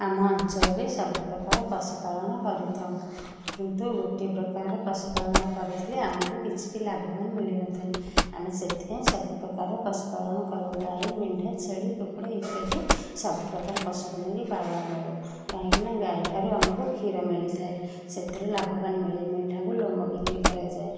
ଆମ ଅଞ୍ଚଳରେ ସବୁପ୍ରକାର ପଶୁପାଳନ କରିଥାଉ କିନ୍ତୁ ଗୋଟିଏ ପ୍ରକାର ପଶୁପାଳନ କରିଥିଲେ ଆମକୁ କିଛି ବି ଲାଭବାନ ମିଳିନଥାଏ ଆମେ ସେଥିପାଇଁ ସବୁପ୍ରକାର ପଶୁପାଳନ କରୁ ଗାଈ ମେଣ୍ଢା ଛେଳି କୁକୁଡ଼ା ଇତ୍ୟାଦି ସବୁପ୍ରକାର ପଶୁକୁ ନେଇକି ପାଳନ କରୁ କାହିଁକିନା ଗାଈ ଠାରୁ ଆମକୁ କ୍ଷୀର ମିଳିଥାଏ ସେଥିରୁ ଲାଭବାନ ମିଳେ ମେଣ୍ଢାକୁ ଲୋମ ବିକ୍ରି କରାଯାଏ